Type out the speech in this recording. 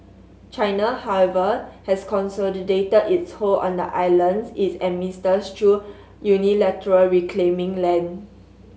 China however has consolidated its hold on the islands it administers through unilaterally reclaiming land